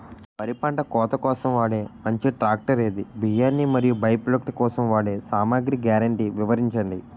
వరి పంట కోత కోసం వాడే మంచి ట్రాక్టర్ ఏది? బియ్యాన్ని మరియు బై ప్రొడక్ట్ కోసం వాడే సామాగ్రి గ్యారంటీ వివరించండి?